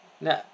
Nah